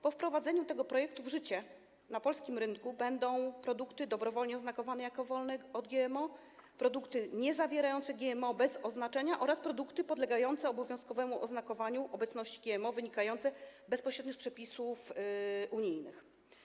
Po wprowadzeniu tego projektu w życie na polskim rynku będą produkty dobrowolnie oznakowane jako wolne od GMO, produkty niezawierające GMO bez oznaczenia oraz produkty podlegające obowiązkowemu oznakowaniu obecności GMO, co wynika bezpośrednio z przepisów unijnych.